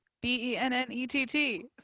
b-e-n-n-e-t-t